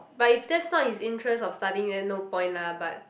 but if that's not his interest of studying then no point lah but